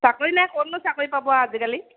চাকৰি নাই ক'তনো চাকৰি পাব আজিকালি